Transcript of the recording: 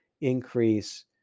increase